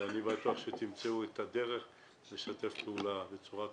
ואני בטוח שתמצאו את הדרך לשתף פעולה בצורה טובה,